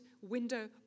window